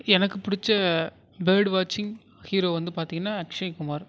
எனக்கு பிடிச்ச பேர்டு வாட்ஸிங் ஹீரோ வந்து பார்த்திங்கன்னா அக்க்ஷய குமார்